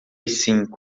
cinco